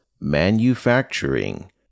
manufacturing